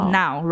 now